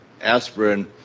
aspirin